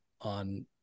on